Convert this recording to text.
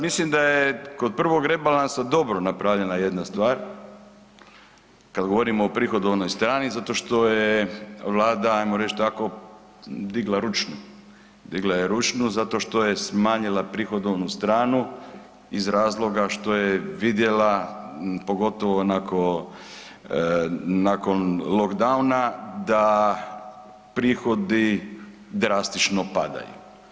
Mislim da je kod prvog rebalansa dobro napravljena jedna stvar kad govorimo o prihodovnoj strani zato što je Vlada jamo reć tako digla ručnu, digla je ručnu zato što je smanjila prihodovnu stranu iz razloga što je vidjela pogotovo nakon lockdowna da prihodi drastično padaju.